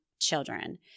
children